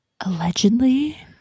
Allegedly